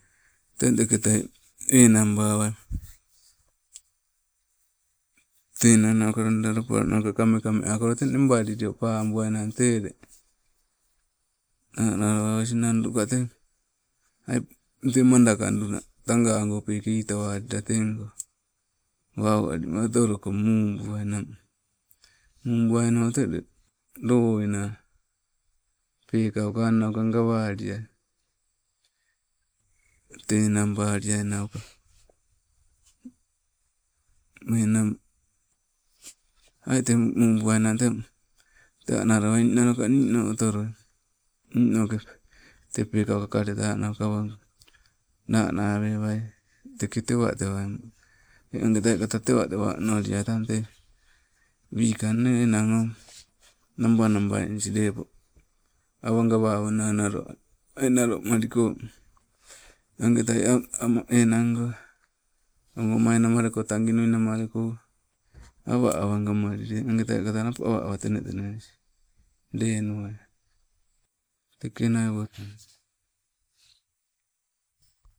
Teng teketai enang bawai, te enang nauka loida lapalo nauka kame kame akolo teng nebalilio pabuainang te ule anawauai, osinandu teng, ai teng mandakadu na tangago peke itawalila tego, wau lima otoloko nubuainang, mubuaino te ule lowena pekauka anauka gawaliai te enangbaliai nauka. Enang, ai teng mubuainang ten anawaliai, ninaulo ka nino otoloi, ninoke te pekauka kaleta nauka nana wewai, teke tewa tewa, eng agetai kata tewa tewa onoliai tang te wikang ne enang o, namba nambainis lepo. Awa gawawana nalo, ai nalomalikong agetai enango, ogo mai namaleko taginuinamaleko, awa awa gamalilie eng agetai kata napo awa awa tene tenenis lenuai, teke nai wotu.